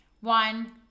One